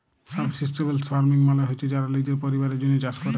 subsistence farming মালে হছে যারা লিজের পরিবারের জ্যনহে চাষ ক্যরে